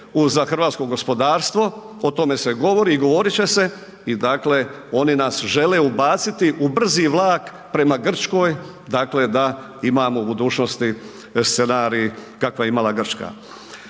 za hrvatsko gospodarstvo, o tome se govori i govorit će se i oni nas žele ubaciti u brzi vlak prema Grčkoj da imamo u budućnosti scenarij kakav je imala Grčka.